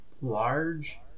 large